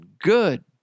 good